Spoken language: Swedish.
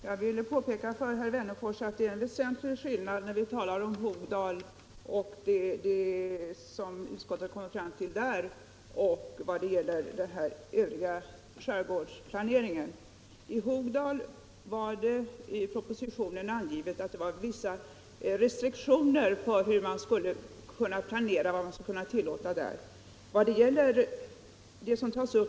Herr talman! Jag vill påpeka för herr Wennerfors att det är en väsentlig skillnad när vi talar om vad utskottet kommer fram till beträffande Hogdal och när vi talar om den övriga skärgårdsplaneringen. För Hogdal var det i propositionen angivet vissa restriktioner för planeringen och vad man skall kunna tillåta där.